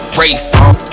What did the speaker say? race